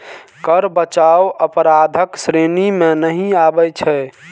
कर बचाव अपराधक श्रेणी मे नहि आबै छै